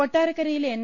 കൊട്ടാരക്കരയിലെ N